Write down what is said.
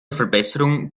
verbesserung